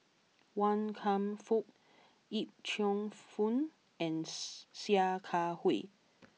Wan Kam Fook Yip Cheong Fun and Sia Kah Hui